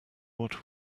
what